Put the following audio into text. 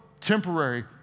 temporary